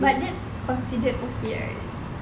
but that's considered okay right